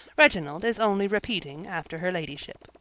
reginald is only repeating after her ladyship.